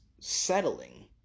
settling